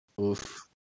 Oof